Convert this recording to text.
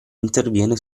interviene